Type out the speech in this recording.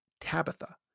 Tabitha